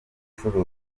gucuruzwa